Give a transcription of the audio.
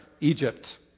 Egypt